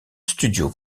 studio